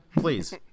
Please